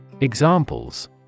Examples